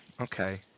Okay